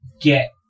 get